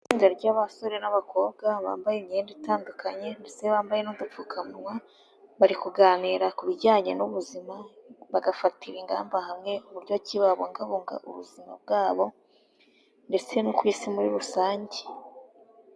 Itsinda ry'abasore n'abakobwa bambaye imyenda itandukanye ndetse bambaye n'udupfukamunwa, bari kuganira ku bijyanye n'ubuzima, bagafatira ingamba hamwe; uburyo ki babungabunga ubuzima bwabo ndetse no ku Isi muri rusange..